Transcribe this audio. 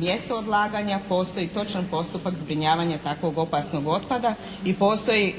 mjesto odlaganja. Postoji točno postupak zbrinjavanje takvog opasnog otpada i postoji